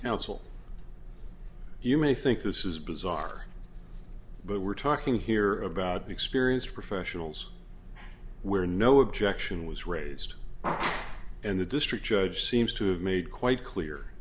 will you may think this is bizarre but we're talking here about experienced professionals where no objection was raised and the district judge seems to have made quite clear